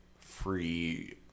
free